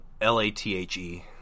L-A-T-H-E